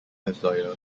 employer